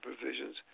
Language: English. provisions